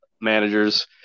managers